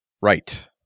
Right